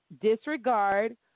disregard